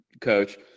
Coach